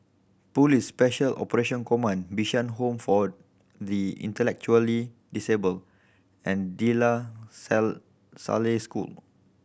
Police Special Operation Command Bishan Home for the Intellectually Disabled and De La sell Salle School